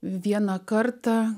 vieną kartą